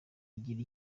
igira